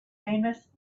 famous